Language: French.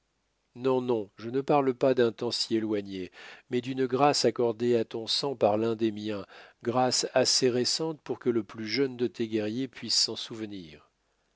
non non je ne parle pas d'un temps si éloigné mais d'une grâce accordée à ton sang par l'un des miens grâce assez récente pour que le plus jeune de tes guerriers puisse s'en souvenir